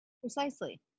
Precisely